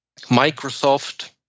Microsoft